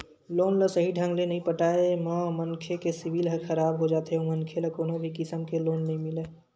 loan ल सहीं ढंग ले नइ पटाए म मनखे के सिविल ह खराब हो जाथे अउ मनखे ल कोनो भी किसम के लोन नइ मिलय